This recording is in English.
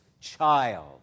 child